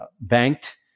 banked